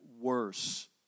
worse